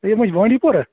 ہے یہِ ما چھُ بانٛڈی پورہ